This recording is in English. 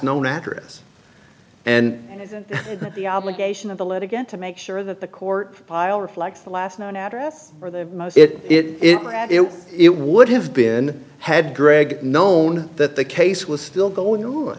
known address and the obligation of the lead again to make sure that the court file reflects the last known address or the most it it would have been had greg known that the case was still going